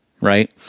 Right